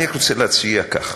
אני רוצה להציע כך: